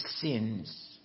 sins